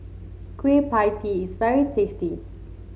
Kueh Pie Tee is very tasty